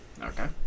Okay